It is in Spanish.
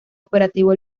operativo